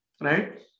right